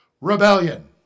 Rebellion